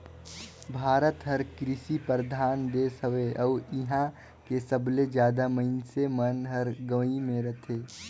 भारत हर कृसि परधान देस हवे अउ इहां के सबले जादा मनइसे मन हर गंवई मे रथें